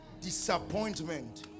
Disappointment